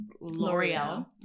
L'Oreal